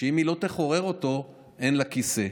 שאם היא לא תחורר אותו אין לה כיסא.